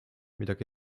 midagi